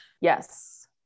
Yes